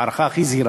בהערכה הכי זהירה,